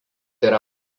yra